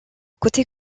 côté